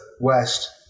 west